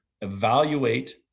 evaluate